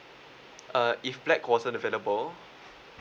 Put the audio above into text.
uh if black wasn't available